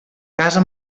casa